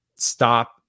Stop